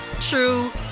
true